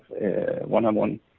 one-on-one